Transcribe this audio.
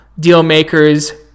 dealmakers